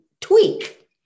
tweak